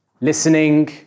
listening